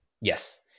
Yes